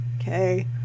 okay